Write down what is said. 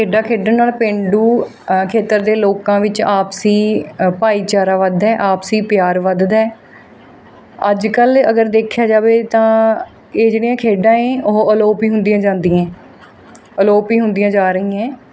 ਖੇਡਾਂ ਖੇਡਣ ਨਾਲ ਪੇਂਡੂ ਖੇਤਰ ਦੇ ਲੋਕਾਂ ਵਿੱਚ ਆਪਸੀ ਭਾਈਚਾਰਾ ਵੱਧਦਾ ਆਪਸੀ ਪਿਆਰ ਵੱਧਦਾ ਅੱਜ ਕੱਲ੍ਹ ਅਗਰ ਦੇਖਿਆ ਜਾਵੇ ਤਾਂ ਇਹ ਜਿਹੜੀਆਂ ਖੇਡਾਂ ਏ ਉਹ ਅਲੋਪ ਹੀ ਹੁੰਦੀਆਂ ਜਾਂਦੀਆਂ ਅਲੋਪ ਹੀ ਹੁੰਦੀਆਂ ਜਾ ਰਹੀਆਂ